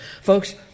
Folks